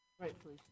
Rightfully